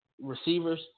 receivers